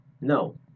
No